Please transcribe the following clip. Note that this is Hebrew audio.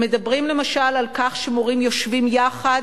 הם מדברים, למשל, על כך שמורים יושבים יחד